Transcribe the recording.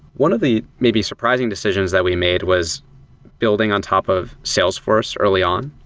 one of the maybe surprising decisions that we made was building on top of salesforce early on.